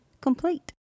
complete